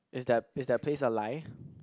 is that is that place a lie